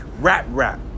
rap-rap